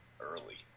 early